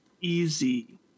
Easy